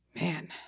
man